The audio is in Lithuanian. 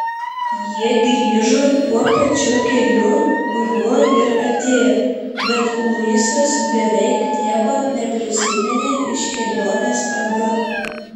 jie grįžo tuo pačiu keliu kuriuo ir atėjo bet luisas beveik nieko neprisiminė iš kelionės atgal